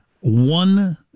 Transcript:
one